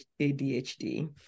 ADHD